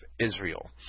Israel